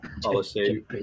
policy